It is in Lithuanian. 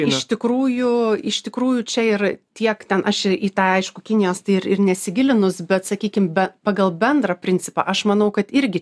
iš tikrųjų iš tikrųjų čia ir tiek ten aš į tą aišku kinijos tai ir ir nesigilinus bet sakykim be pagal bendrą principą aš manau kad irgi